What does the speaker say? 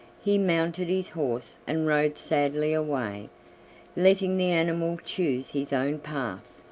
he mounted his horse and rode sadly away letting the animal choose his own path.